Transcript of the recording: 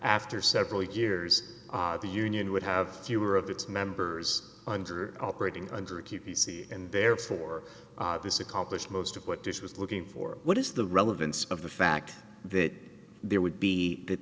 after several years the union would have fewer of its members under operating under and therefore this accomplished most of what this was looking for what is the relevance of the fact that there would be